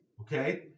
Okay